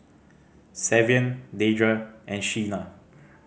Savion Dedra and Shena